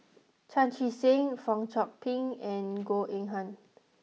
Chan Chee Seng Fong Chong Pik and Goh Eng Han